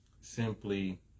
simply